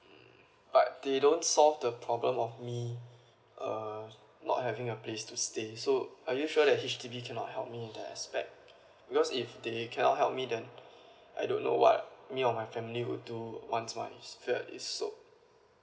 but they don't solve the problem of me uh not having a place to stay so are you sure H_D_B cannot help me in that aspect because if they cannot help me then I don't know what me or my family would do once my flat is sold